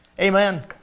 Amen